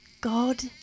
God